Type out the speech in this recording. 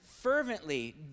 fervently